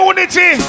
Unity